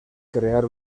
crear